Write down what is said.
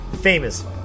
famous